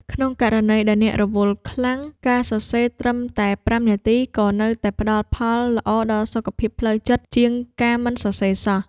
ក្នុងករណីដែលអ្នករវល់ខ្លាំង ការសរសេរត្រឹមតែប្រាំនាទី ក៏នៅតែផ្ដល់ផលល្អដល់សុខភាពផ្លូវចិត្តជាងការមិនសរសេរសោះ។